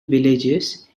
villages